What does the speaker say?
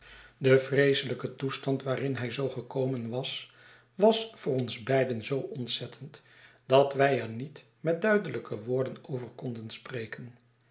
de vreeselijke toestand waarin hij zoo gekomen was was voor ons beiden zoo ontzettend dat wij er niet met duidelijke woorden over konden spreken